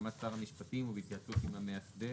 בהסכמת שר המשפטים ובהתייעצות עם המאסדר